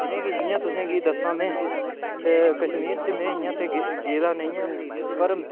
जि'यां तुसेंगी दस्सां में कश्मीर च ते में इं'या गेदा निं ऐं पर